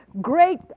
great